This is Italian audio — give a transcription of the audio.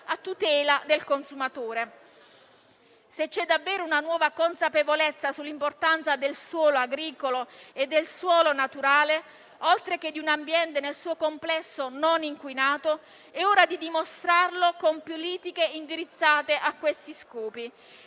a tutela del consumatore. Se c'è davvero una nuova consapevolezza sull'importanza del suolo agricolo e del suolo naturale, oltre che di un ambiente nel suo complesso non inquinato, è ora di dimostrarlo con politiche indirizzate a questi scopi.